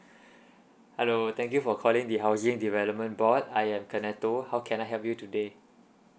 hello thank you for calling the housing development board I am kanato how can I help you today